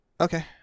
Okay